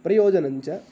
प्रयोजनं च